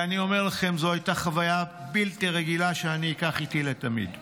אני אומר לכם שזו הייתה חוויה בלתי רגילה שאני אקח איתי לתמיד.